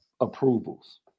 approvals